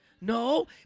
No